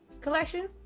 collection